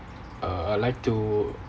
uh I like to